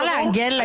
לא ברור?